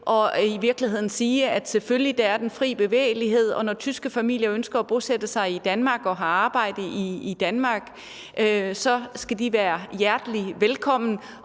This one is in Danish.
på det og sige, at der selvfølgelig er den fri bevægelighed, og når tyske familier ønsker at bosætte sig i Danmark og har arbejde i Danmark, så skal de være hjertelig velkommen,